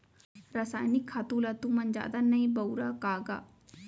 रसायनिक खातू ल तुमन जादा नइ बउरा का गा?